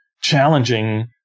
challenging